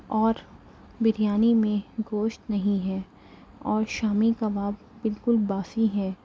اور بریانی میں گوشت نہیں ہے اور شامی کباب بالکل باسی ہے